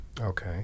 okay